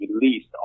released